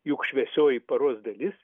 juk šviesioji paros dalis